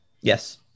yes